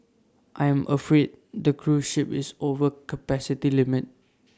I'm afraid the cruise ship is over capacity limit